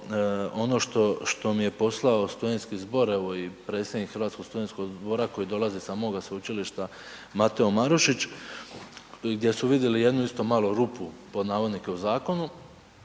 što, što mi je poslao studentski zbor evo i predsjednik Hrvatskog studentskog zbora koji dolazi sa moga sveučilišta Mateo Marušić i gdje su vidili jednu isto malo rupu pod navodnike u zakonu,